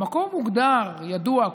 במקום מוגדר וידוע,